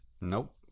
Nope